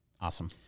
Awesome